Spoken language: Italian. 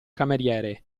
cameriere